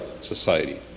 society